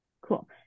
cool